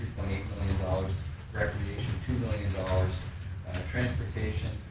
million dollars recreation, two million dollars transportation,